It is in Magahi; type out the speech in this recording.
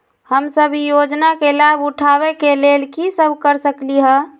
हम सब ई योजना के लाभ उठावे के लेल की कर सकलि ह?